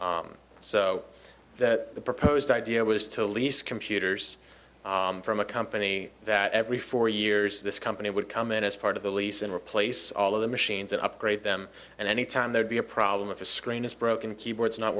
so that the proposed idea was to lease computers from a company that every four years this company would come in as part of the lease and replace all of the machines and upgrade them and any time there be a problem if a screen is broken keyboards not